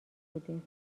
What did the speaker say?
بودیم